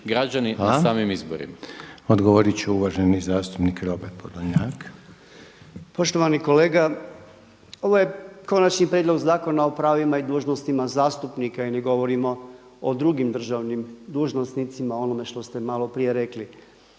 Željko (HDZ)** Hvala. Odgovorit će uvaženi zastupnik Robert Podolnjak. **Podolnjak, Robert (MOST)** Poštovani kolega, ovo je Konačni prijedlog zakona o pravima i dužnostima zastupnika i ne govorimo o drugim državnim dužnosnicima o onome što ste malo prije rekli.